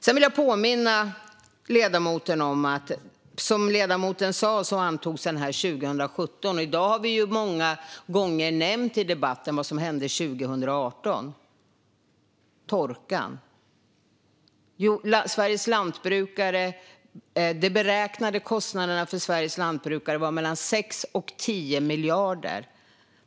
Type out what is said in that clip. Jag vill påminna ledamoten om att som ledamoten sa antogs livsmedelsstrategin 2017, och i dag har vi ju många gånger nämnt i debatten vad som hände 2018: torkan. De beräknade kostnaderna för Sveriges lantbrukare var 6-10 miljarder.